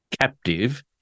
captive